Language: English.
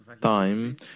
time